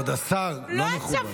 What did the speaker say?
כבוד השר, לא מכובד.